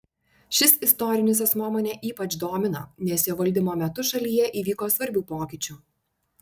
šis istorinis asmuo mane ypač domina nes jo valdymo metu šalyje įvyko svarbių pokyčių